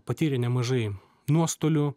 patyrė nemažai nuostolių